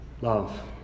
Love